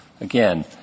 again